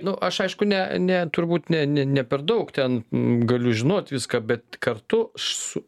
nu aš aišku ne ne turbūt ne ne ne per daug ten galiu žinot viską bet kartu su